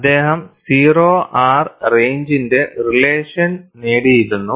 അദ്ദേഹം 0 R റേയിഞ്ച്ന്റെ relation നേടിയിരുന്നു